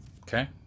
Okay